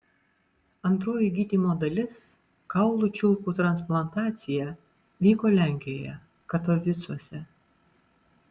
antroji gydymo dalis kaulų čiulpų transplantacija vyko lenkijoje katovicuose